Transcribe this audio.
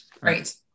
Right